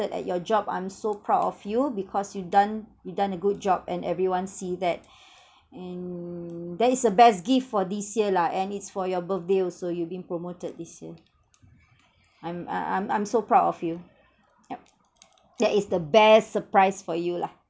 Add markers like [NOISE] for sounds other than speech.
at your job I'm so proud of you because you done you done a good job and everyone see that [BREATH] and that is the best gift for this year lah and it's for your birthday also you've been promoted this year I'm I'm I'm so proud of you yup that is the best surprise for you lah